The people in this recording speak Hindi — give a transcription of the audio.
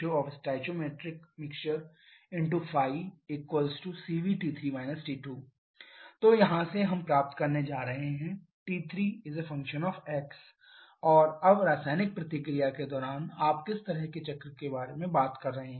mfmfmaCVCVAFstcv तो यहाँ से हम प्राप्त करने जा रहे हैं T3 f और अब रासायनिक प्रतिक्रिया के दौरान आप किस तरह के चक्र के बारे में बात कर रहे हैं